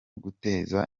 guteza